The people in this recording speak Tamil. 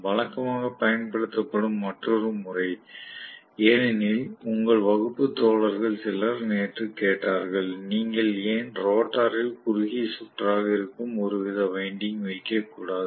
வழக்கமாக பயன்படுத்தப்படும் மற்றொரு முறை ஏனெனில் உங்கள் வகுப்பு தோழர்கள் சிலர் நேற்று கேட்டார்கள் நீங்கள் ஏன் ரோட்டரில் குறுகிய சுற்றாக இருக்கும் ஒருவித வைண்டிங் வைக்க கூடாது